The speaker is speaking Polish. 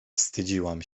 wstydziłam